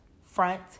Front